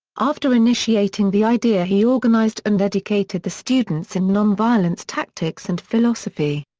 after initiating the idea he organized and educated the students in nonviolence tactics and philosophy.